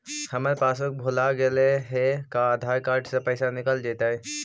हमर पासबुक भुला गेले हे का आधार कार्ड से पैसा निकल जितै?